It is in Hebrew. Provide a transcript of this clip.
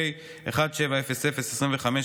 פ/1700/25,